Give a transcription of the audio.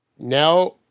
Now